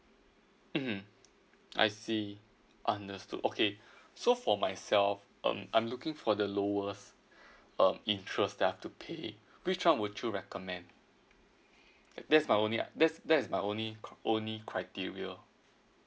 mm hmm I see understood okay so for myself um I'm looking for the lowest uh interest that I've to pay which one would you recommend that's my only uh that's that's my only only criteria